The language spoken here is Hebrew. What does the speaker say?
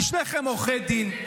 כי שניכם עורכי דין,